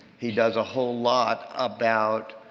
he does a whole lot about